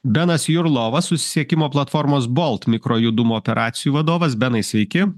benas jurlovas susisiekimo platformos bolt mikrojudumo operacijų vadovas benai sveiki